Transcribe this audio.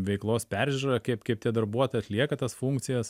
veiklos peržiūra kaip kaip tie darbuotojai atlieka tas funkcijas